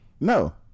No